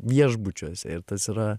viešbučiuose ir tas yra